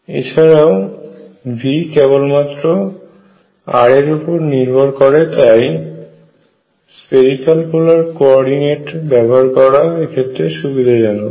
এছাড়াও V কেবলমাত্র r এর উপর নির্ভর করে তাই স্পেরিকাল পোলার কোঅর্ডিনেট ব্যবহার করা এক্ষেত্রে সুবিধাজনক